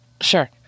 Sure